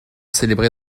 célébrées